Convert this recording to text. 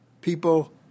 people